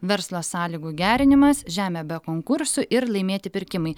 verslo sąlygų gerinimas žemė be konkursų ir laimėti pirkimai